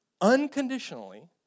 unconditionally